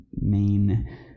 main